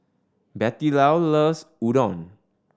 Bettylou loves Udon